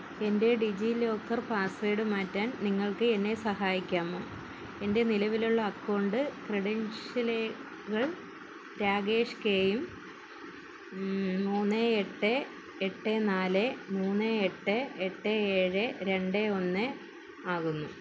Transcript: എൻ്റെ DigiLocker password മാറ്റാൻ നിങ്ങൾക്ക് എന്നെ സഹായിക്കാമോ എന്റെ നിലവിലുള്ള അക്കൗണ്ട് ക്രിഡൻഷ്യലുകൾ രാകേഷ് കെയും മൂന്ന് എട്ട് എട്ട് നാല് മൂന്ന് എട്ട് എട്ട് ഏഴ് രണ്ട് ഒന്ന് ആകുന്നു